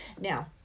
Now